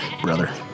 brother